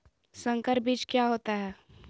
संकर बीज क्या होता है?